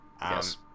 Yes